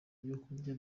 ibyokurya